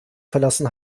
verlassen